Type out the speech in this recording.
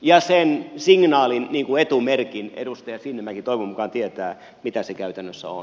ja sen signaalin etumerkin edustaja sinnemäki toivon mukaan tietää mitä se käytännössä on